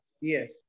Yes